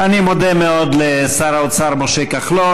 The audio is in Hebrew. אני מודה מאוד לשר האוצר משה כחלון.